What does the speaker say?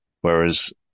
whereas